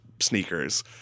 sneakers